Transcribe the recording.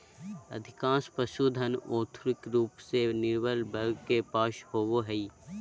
अधिकांश पशुधन, और्थिक रूप से निर्बल वर्ग के पास होबो हइ